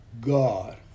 god